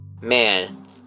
man